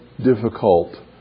difficult